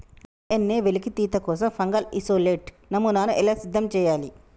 DNA వెలికితీత కోసం fungal isolate నమూనాను ఎలా సిద్ధం చెయ్యాలి?